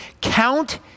count